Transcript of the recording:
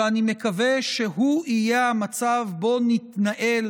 שאני מקווה שהוא יהיה המצב שבו נתנהל